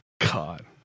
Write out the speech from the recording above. God